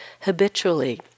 habitually